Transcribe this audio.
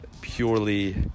purely